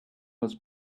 was